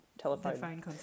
Telephone